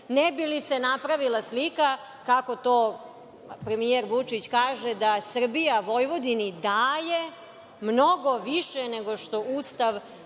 ne bi li se napravila slika, kako to premijer Vučić kaže da Srbija Vojvodini daje mnogo više što Ustav